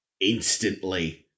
instantly